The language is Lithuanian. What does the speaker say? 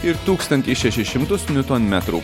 ir tūkstantį šešis šimtus niutonmetrų